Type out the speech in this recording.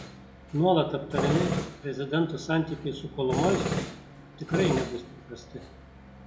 nuolat aptariami prezidento santykiai su kolomoiskiu tikrai nebus paprasti